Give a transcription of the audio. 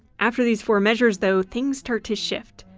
after these four measures though, things start to shift.